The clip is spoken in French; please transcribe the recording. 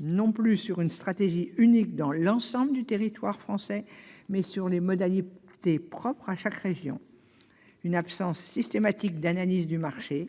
non sur une stratégie unique pour l'ensemble du territoire, mais sur des modalités propres à chaque région. Une absence systématique d'analyse du marché